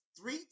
three